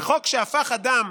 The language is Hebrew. וחוק שהפך אדם,